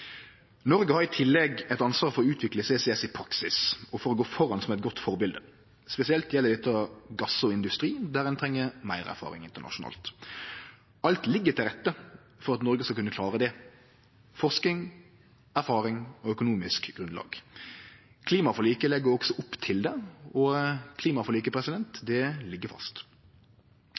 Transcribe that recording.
Noreg. Noreg har i tillegg eit ansvar for å utvikle CCS i praksis, og for å gå føre som eit godt førebilete. Spesielt gjeld dette gass og industri, der ein treng meir erfaring internasjonalt. Alt ligg til rette for at Noreg skal kunne klare det – forsking, erfaring og økonomisk grunnlag. Klimaforliket legg også opp til det – og klimaforliket, det ligg fast.